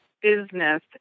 business